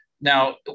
Now